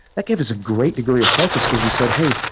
that gave us a great degree of focus, because we said, hey,